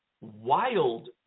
wild